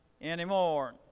anymore